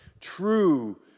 true